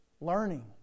learning